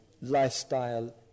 lifestyle